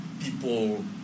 people